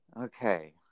okay